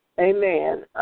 amen